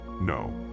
No